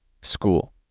school